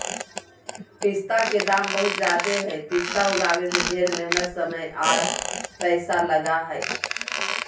पिस्ता के दाम बहुत ज़्यादे हई पिस्ता उगाबे में ढेर मेहनत समय आर पैसा लगा हई